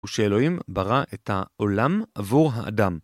ושאלוהים, ברא, את ה...עולם, עבור האדם.